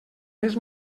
més